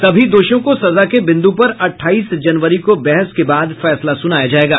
सभी दोषियों को सजा के बिन्दु पर अठाईस जनवरी को बहस के बाद फैसला सुनाया जायेगा